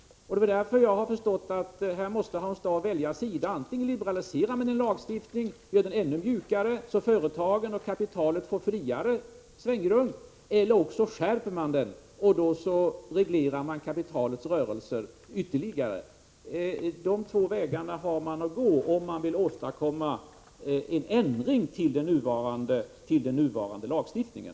Här måste Hans Dau välja sida: Antingen liberaliserar man lagstiftningen och gör den ännu mjukare, så att företagen och kapitalet får friare händer och större svängrum, eller också skärper man lagstiftningen, och då reglerar man kapitalets rörelser ytterligare. De två vägarna har man att välja emellan om man vill åstadkomma en ändring av den nuvarande lagstiftningen.